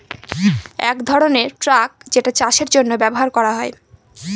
এক ধরনের ট্রাক যেটা চাষের জন্য ব্যবহার করা হয়